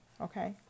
okay